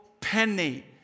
penny